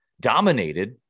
dominated